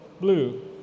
blue